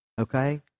okay